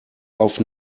auf